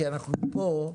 כי אנחנו פה,